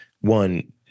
one